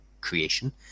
creation